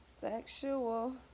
sexual